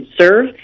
serve